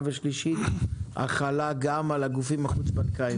ושלישית החלה גם על הגופים החוץ-בנקאיים,